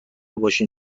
باشیش